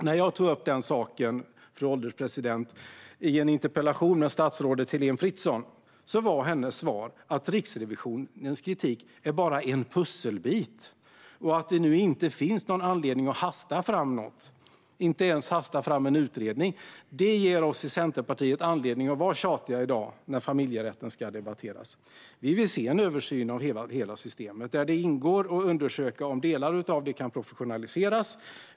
När jag tog upp denna sak i en interpellation till statsrådet Heléne Fritzon var hennes svar att Riksrevisionens kritik bara är en pusselbit och att det inte finns anledning att hasta fram något, inte ens en utredning. Detta ger oss i Centerpartiet anledning att vara tjatiga i dag, när familjerätten ska debatteras. Vi vill se en översyn av hela systemet, där det ingår att undersöka om delar av det kan professionaliseras.